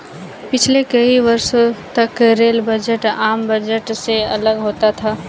पिछले कई वर्षों तक रेल बजट आम बजट से अलग होता था